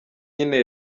nyine